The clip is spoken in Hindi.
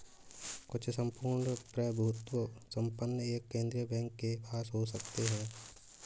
कुछ सम्पूर्ण प्रभुत्व संपन्न एक केंद्रीय बैंक के पास हो सकते हैं